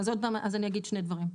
אז אני אגיד שני דברים.